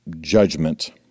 judgment